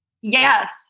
Yes